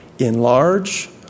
enlarge